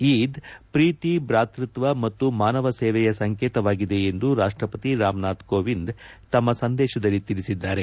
ಈದ್ ಪ್ರೀತಿ ಬಾತೃತ್ವ ಮತ್ತು ಮಾನವ ಸೇವೆಯ ಸಂಕೇತವಾಗಿದೆ ಎಂದು ರಾಷ್ಟಪತಿ ರಾಮನಾಥ್ ಕೋವಿಂದ್ ತಮ್ಮ ಸಂದೇಶದಲ್ಲಿ ತಿಳಿಸಿದ್ದಾರೆ